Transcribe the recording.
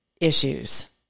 issues